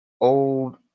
old